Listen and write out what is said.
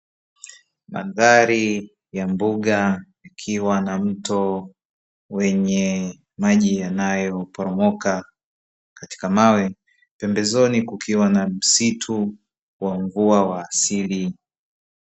Mandhari ya mbuga ikiwa na mto wenye maji yanayoporomoka katika mawe pembezoni kukiwa na msitu wa mvua ya asili.